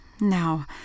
Now